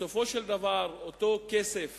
בסופו של דבר אותו כסף